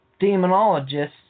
demonologists